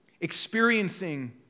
experiencing